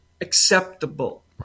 acceptable